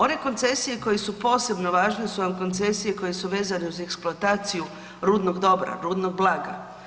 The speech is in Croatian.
One koncesije koje su posebno važne su vam koncesije koje su vezane uz eksploataciju rudnog dobra, rudnog blaga.